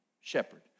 shepherd